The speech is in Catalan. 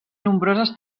nombroses